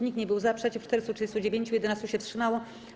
Nikt nie był za, przeciw - 439, 11 się wstrzymało.